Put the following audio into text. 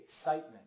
excitement